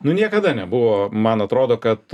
nu niekada nebuvo man atrodo kad